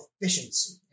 efficiency